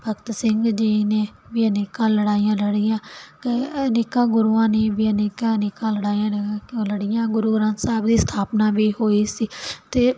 ਭਗਤ ਸਿੰਘ ਜੀ ਨੇ ਵੀ ਅਨੇਕਾਂ ਲੜਾਈਆਂ ਲੜੀਆਂ ਕਈ ਅਨੇਕਾਂ ਗੁਰੂਆਂ ਨੇ ਵੀ ਅਨੇਕਾਂ ਅਨੇਕਾਂ ਲੜਾਈਆਂ ਲੜ ਲੜੀਆਂ ਗੁਰੂ ਗ੍ਰੰਥ ਸਾਹਿਬ ਦੀ ਸਥਾਪਨਾ ਵੀ ਹੋਈ ਸੀ ਅਤੇ